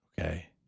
Okay